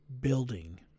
building